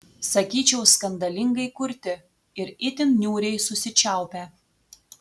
sakyčiau skandalingai kurti ir itin niūriai susičiaupę